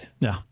No